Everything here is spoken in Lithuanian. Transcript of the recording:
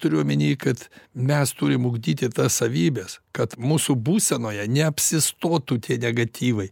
turiu omeny kad mes turim ugdyti tas savybes kad mūsų būsenoje neapsistotų tie negatyvai